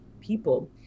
people